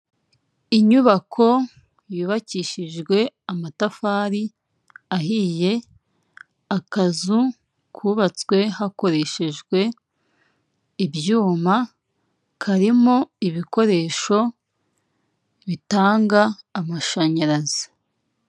Inyubako yubakishijwe amatafari ahiye, akazu kubatswe hakoreshejwe ibyuma, karimo ibikoresho bitanga amashanyarazi.